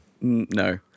No